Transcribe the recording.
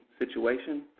Situation